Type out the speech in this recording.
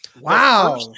Wow